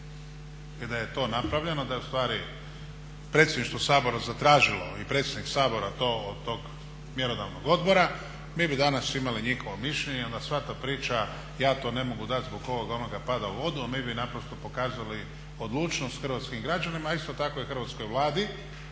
da je to napravljeno da je ustvari predsjedništvo Sabora zatražilo i predsjednik Sabora to od tog mjerodavnog odbora, mi bi danas imali njihovo mišljenje i onda sva ta priča ja to ne mogu dati zbog ovog, onog pada u vodu, a mi bi pokazali odlučnost hrvatskim građanima, a isto tako i hrvatskoj Vladi